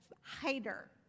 hider